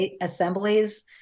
assemblies